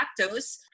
lactose